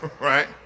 Right